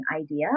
idea